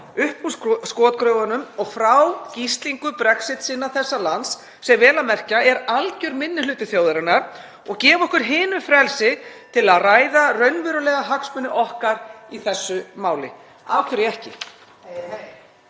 upp úr skotgröfunum og frá gíslingu Brexit-sinna þessa lands, sem vel að merkja er algjör minni hluti þjóðarinnar, og gefa okkur hinum frelsi til að ræða raunverulega hagsmuni okkar í þessu máli. Af hverju ekki?